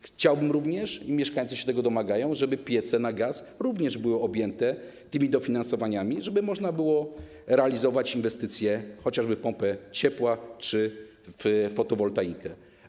Chciałbym również - mieszkańcy się tego domagają - żeby piece na gaz również były objęte tymi dofinansowaniami, żeby można było realizować inwestycje, chociażby w pompę ciepła czy w fotowoltaikę.